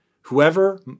Whoever